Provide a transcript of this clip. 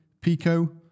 Pico